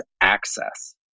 access